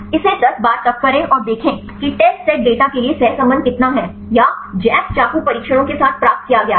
इसे 10 बार तक करें और देखें कि टेस्ट सेट डेटा के लिए सहसंबंध कितना है या जैक चाकू परीक्षणों के साथ प्राप्त किया गया है